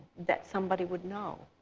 that somebody would know,